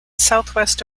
southwest